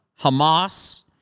Hamas